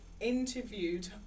interviewed